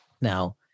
Now